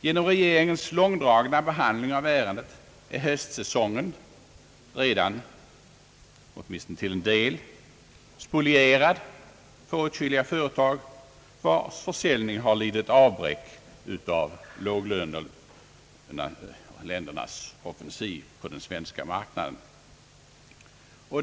Genom regeringens långdragna behandling av ärendet är höstsäsongen redan, åtminstone till en del, spolierad för åtskilliga företag, vilkas försäljning har lidit avbräck av låglöneländernas offensiv på den svenska marknaden.